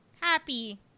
happy